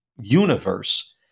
universe